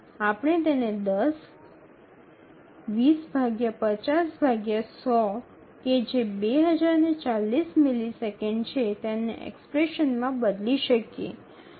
આપણે તેને ૧0 ૨0 ભાગ્યા ૫0 ભાગ્યા ૧00 કે જે ૨0૪0 મિલિસેકંડ છે તેને એક્સપ્રેશન માં બદલી શકીએ